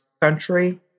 country